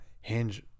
hinge